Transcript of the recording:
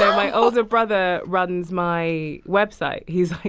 um my older brother runs my website. he's,